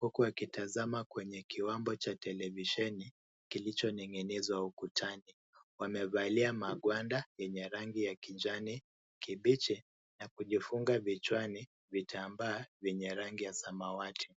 huku akitazama kwenye kiwambo cha televisheni kilichoning'inizwa ukutani. Wamevalia magwanda yenye rangi ya kijani kibichi na kujifunga kichwani vitambaa vyenye rangi ya samawati .